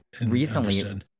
recently